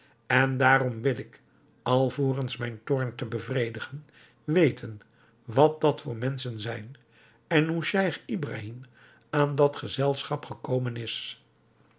en daarom wil ik alvorens mijn toorn te bevredigen weten wat dat voor menschen zijn en hoe scheich ibrahim aan dat gezelschap gekomen is